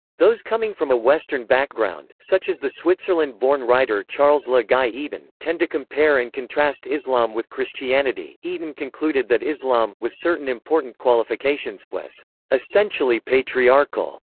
those coming from a western background, such as the switzerland-born writer charles le gai eaton, tend to compare and contrast islam with christianity eaton concluded that islam, with certain important qualifications, was essentially patriarchal.